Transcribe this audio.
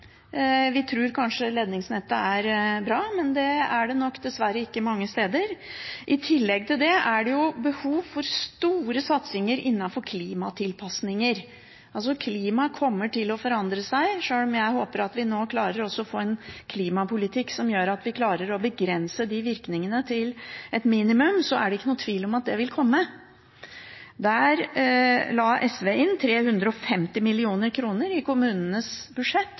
Vi tror kanskje at ledningsnettet er bra, men det er det nok dessverre ikke mange steder. I tillegg er det behov for store satsinger innenfor klimatilpasninger. Klimaet kommer til å forandre seg. Sjøl om jeg håper at vi nå klarer å få en klimapolitikk som gjør at vi klarer å begrense endringene til et minimum, er det ingen tvil om at de vil komme. SV la inn 350 mill. kr i kommunenes budsjett,